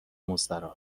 مستراح